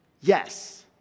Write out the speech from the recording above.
Yes